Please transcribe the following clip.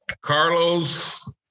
Carlos